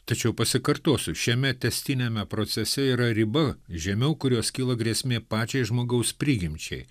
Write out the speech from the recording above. tačiau pasikartosiu šiame tęstiniame procese yra riba žemiau kurios kyla grėsmė pačiai žmogaus prigimčiai